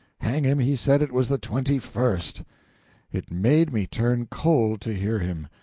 hang him, he said it was the twenty-first! it made me turn cold to hear him.